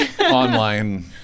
online